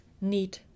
need